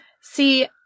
See